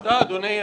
תודה, אדוני.